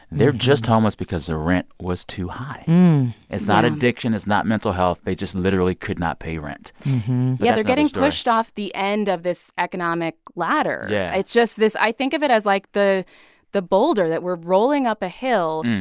they're just homeless because their rent was too high yeah it's not addiction. it's not mental health. they just literally could not pay yeah, they're getting pushed off the end of this economic ladder yeah it's just this i think of it as, like, the the boulder that we're rolling up a hill,